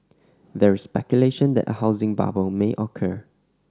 there is speculation that a housing bubble may occur